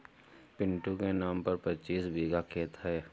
पिंटू के नाम पर पच्चीस बीघा खेत है